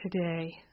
today